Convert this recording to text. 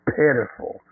pitiful